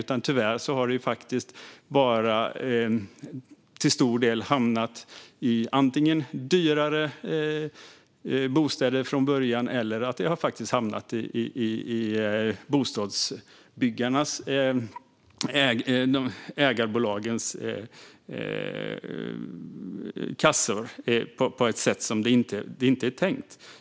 Tyvärr har det till stor del hamnat i antingen dyrare bostäder från början eller i ägarbolagens kassor på ett sätt som inte var tänkt.